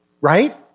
right